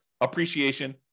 appreciation